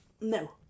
No